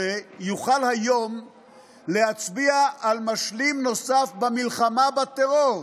יוכל היום להצביע על משלים נוסף במלחמה בטרור.